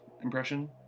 impression